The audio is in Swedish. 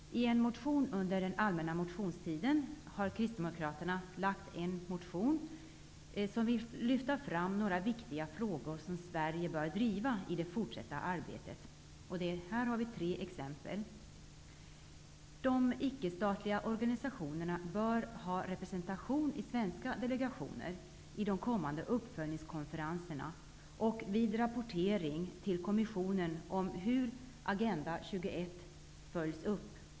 I en motion under allmänna motionstiden har kristdemokraterna väckt en motion och där lyft fram några viktiga frågor som Sverige bör driva i det fortsatta arbetet. Jag skall ta tre exempel. De icke-statliga organisationerna bör ha representation i svenska delegationer i de kommande uppföljningskonferenserna och vid rapportering till kommissionen om hur Agenda 21 följs upp.